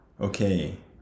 okay